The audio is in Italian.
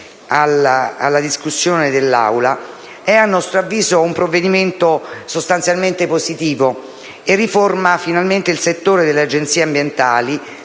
alla discussione dell'Aula, ma, a nostro avviso, è sostanzialmente positivo e riforma finalmente il settore delle Agenzie ambientali,